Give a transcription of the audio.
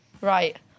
Right